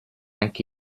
anche